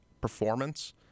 performance